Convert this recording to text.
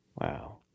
Wow